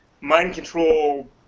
mind-control